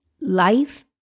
life